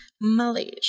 malaysia